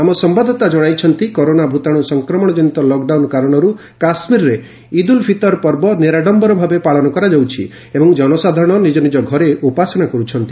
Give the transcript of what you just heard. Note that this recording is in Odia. ଆମ ସମ୍ଭାଦଦାତା ଜଣାଇଛନ୍ତି କରୋନା ଭୂତାଣୁ ସଂକ୍ରମଣଜନିତ ଲକ୍ଡାଉନ୍ କାରଣରୁ କାଶ୍ମୀର୍ରେ ଇଦ୍ ଉଲ୍ ଫିତର ପର୍ବ ନିରାଡମ୍ଭରଭାବେ ପାଳନ କରାଯାଉଛି ଏବଂ ଜନସାଧାରଣ ନିଜ ନିଜ ଘରେ ଉପାସନା କରୁଛନ୍ତି